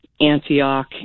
Antioch